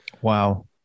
Wow